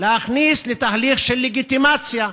להכניס לתהליך של לגיטימציה,